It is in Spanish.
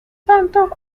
santos